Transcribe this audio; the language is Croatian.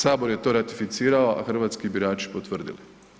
Sabor je to ratificirao, a hrvatski birači potvrdili.